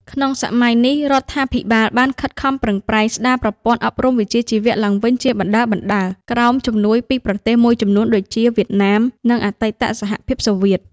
ក្នុងសម័យនេះ រដ្ឋាភិបាលបានខិតខំប្រឹងប្រែងស្តារប្រព័ន្ធអប់រំវិជ្ជាជីវៈឡើងវិញជាបណ្តើរៗ ក្រោមជំនួយពីប្រទេសមួយចំនួនដូចជា វៀតណាម និងអតីតសហភាពសូវៀត។